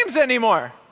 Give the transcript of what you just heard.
anymore